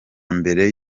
mbere